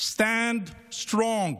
Stand strong.